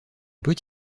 peut